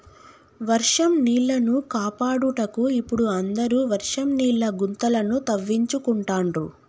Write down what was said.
వర్షం నీళ్లను కాపాడుటకు ఇపుడు అందరు వర్షం నీళ్ల గుంతలను తవ్వించుకుంటాండ్రు